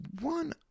one